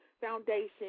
Foundation